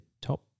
top